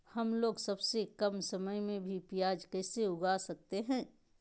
हमलोग सबसे कम समय में भी प्याज कैसे उगा सकते हैं?